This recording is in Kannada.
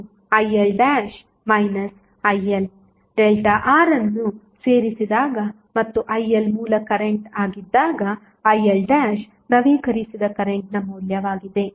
ಆದ್ದರಿಂದ I IL ILΔRಅನ್ನು ಸೇರಿಸಿದಾಗ ಮತ್ತು IL ಮೂಲ ಕರೆಂಟ್ ಆಗಿದಾಗ IL ನವೀಕರಿಸಿದ ಕರೆಂಟ್ನ ಮೌಲ್ಯವಾಗಿದೆ